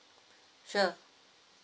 sure